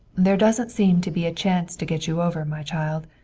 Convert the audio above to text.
there doesn't seem to be a chance to get you over, my child.